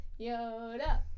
Yoda